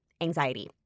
anxiety